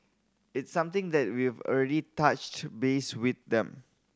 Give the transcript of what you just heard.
it's something that we've already touched base with them